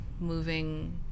moving